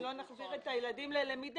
אם לא נחזיר את הילדים ללימודים